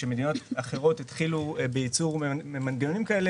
כשמדינות אחרות התחילו בייצור מנגנונים כאלה,